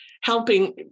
helping